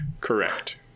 Correct